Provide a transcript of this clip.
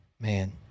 Man